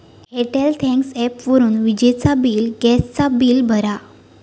Airtel thanks ॲपवरून विजेचा bill, gas चा बिल भरा